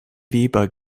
weber